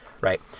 right